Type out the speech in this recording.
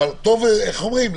אבל איך אומרים,